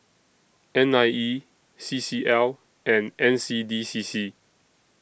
N I E C C L and N C D C C